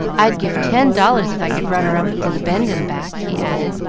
i'd give ten dollars if i could run her up to the bend and back, he added,